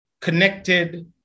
connected